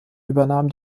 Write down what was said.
übernahm